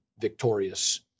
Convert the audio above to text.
victorious